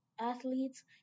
Athletes